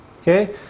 okay